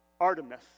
Artemis